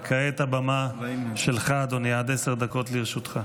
כעת הבמה שלך, אדוני, עד עשר דקות לרשותך.